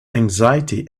anxiety